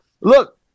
Look